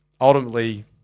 ultimately